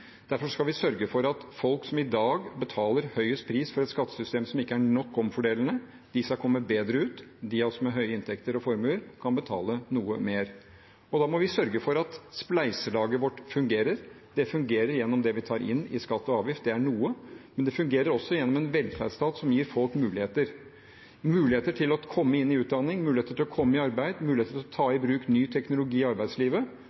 Derfor skal vi sørge for at folk som i dag betaler høyest pris for et skattesystem som ikke er omfordelende nok, skal komme bedre ut. De av oss med høye inntekter og formuer kan betale noe mer. Da må vi sørge for at spleiselaget vårt fungerer. Det fungerer gjennom det vi tar inn i skatt og avgift. Det er noe. Men det fungerer også gjennom en velferdsstat som gir folk muligheter – muligheter til å komme inn i utdanning, muligheter til å komme i arbeid, muligheter til å ta i bruk ny teknologi i arbeidslivet.